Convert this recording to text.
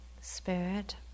spirit